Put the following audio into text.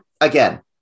again